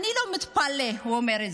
אני לא מתפלא, הוא אומר.